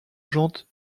jantes